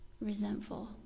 resentful